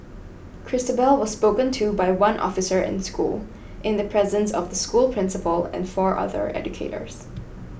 Christabel was spoken to by one officer in school in the presence of the school principal and four other educators